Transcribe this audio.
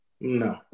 no